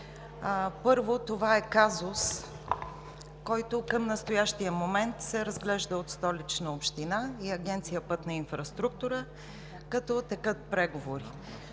Първо, това е казус, който към настоящия момент се разглежда от Столична община и Агенция „Пътна инфраструктура“, като текат преговори.